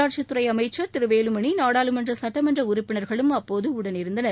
உள்ளாட்சித் துறை அமைச்சர் திரு வேலுமணி நாடாளுமன்ற சட்டமன்ற உறுப்பினர்களும் அப்போது உடனிருந்தனர்